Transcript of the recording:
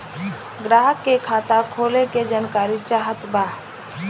ग्राहक के खाता खोले के जानकारी चाहत बा?